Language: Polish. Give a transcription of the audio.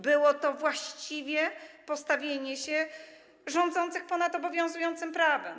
Było to właściwie postawienie się rządzących ponad obowiązującym prawem.